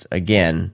again